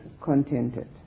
contented